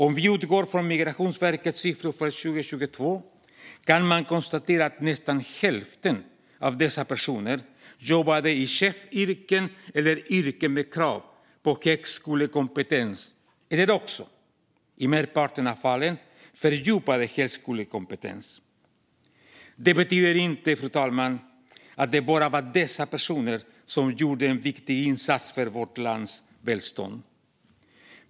Om vi utgår från Migrationsverkets siffror för 2022 kan vi konstatera att nästan hälften av dessa personer jobbar i chefsyrken eller yrken med krav på högskolekompetens eller också, som i merparten av fallen, fördjupad högskolekompetens. Det betyder inte att det bara var dessa personer som gjorde en viktig insats för vårt lands välstånd.